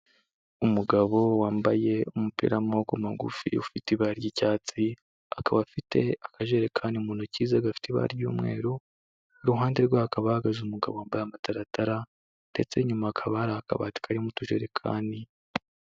Umugabo wambaye umupira w'amaguru magufi ufite ibara ry'icyatsi. Akaba afite akajerekani mu ntoki ze gafite ibara ry'umweru, iruhande rwe hakaba hahagaze umugabo wambaye amataratara ndetse inyuma akaba ari akabati karimo utujerekani.